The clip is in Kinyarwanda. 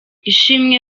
ishimwe